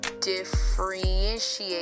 differentiate